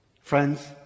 Friends